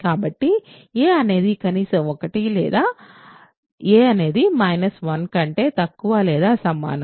కాబట్టి a అనేది కనీసం 1 లేదా a మైనస్ 1 కంటే తక్కువ లేదా సమానం